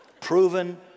Proven